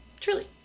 Truly